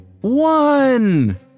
One